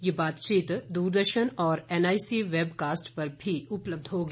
यह बातचीत दूरदर्शन और एनआईसी वेबकास्ट पर भी उपलब्ध होगी